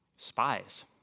spies